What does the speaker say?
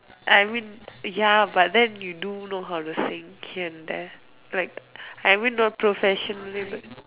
I mean ya but then you do know how to sing here and there like I mean not professionally but